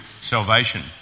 salvation